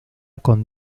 con